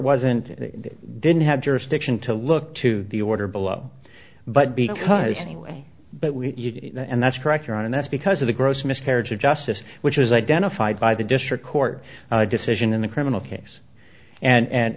wasn't didn't have jurisdiction to look to the order below but because anyway but we and that's correct ron and that's because of the gross miscarriage of justice which was identified by the district court decision in the criminal case and